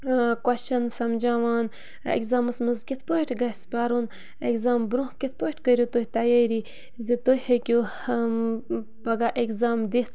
question سَمجاوان exams منٛز کِتھ پٲٹھۍ گَژھِ پَرُن ایٚگزام برٛونٛہہ کِتھ پٲٹھۍ کٔرِو تُہۍ تَیٲری زِ تُہۍ ہیٚکِو پَگاہ اٮ۪گزام دِتھ